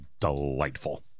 delightful